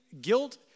guilt